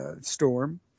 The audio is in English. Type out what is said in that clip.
storm